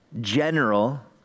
general